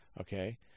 Okay